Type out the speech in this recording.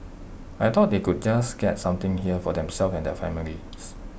I thought they could just get something here for themselves and their families